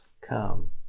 come